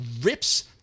rips